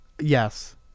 Yes